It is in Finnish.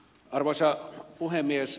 arvoisa puhemies